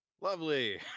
Lovely